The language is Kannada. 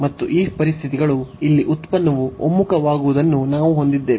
ಮತ್ತು ಈ ಪರಿಸ್ಥಿತಿಗಳು ಇಲ್ಲಿ ಉತ್ಪನ್ನವು ಒಮ್ಮುಖವಾಗುವುದನ್ನು ನಾವು ಹೊಂದಿದ್ದೇವೆ